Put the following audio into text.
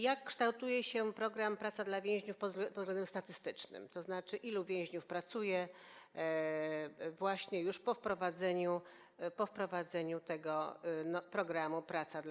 Jak kształtuje się program „Praca dla więźniów” pod względem statystycznym, tzn. ilu więźniów pracuje właśnie już po wprowadzeniu tego programu „Praca dla